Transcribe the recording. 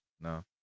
no